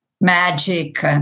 magic